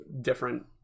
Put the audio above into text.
different